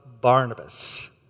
Barnabas